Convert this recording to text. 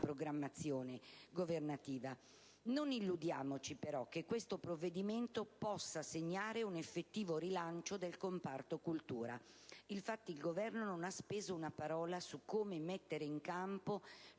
programmazione governativa. Non illudiamoci, però, che questo provvedimento possa segnare un effettivo rilancio del comparto cultura. Infatti, il Governo non ha speso una parola su come mettere in campo ‑